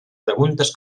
preguntes